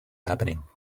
happening